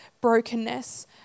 brokenness